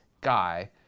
guy